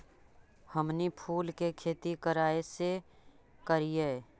हमनी फूल के खेती काएसे करियय?